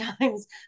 times